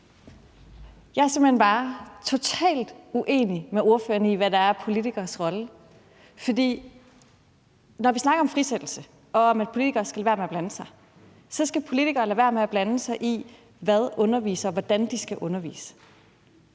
Jeg er simpelt hen bare totalt uenig med ordføreren i, hvad der er politikeres rolle. For når vi snakker om frisættelse og om, at politikere skal lade være med at blande sig, skal politikere lade være med at blande sig i, hvordan undervisere skal undervise.